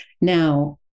now